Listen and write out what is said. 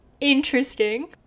Interesting